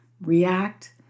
react